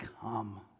come